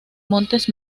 montes